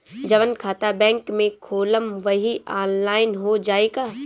जवन खाता बैंक में खोलम वही आनलाइन हो जाई का?